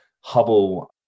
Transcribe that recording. hubble